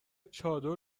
چادر